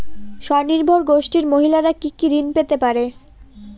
স্বনির্ভর গোষ্ঠীর মহিলারা কি কি ঋণ পেতে পারে?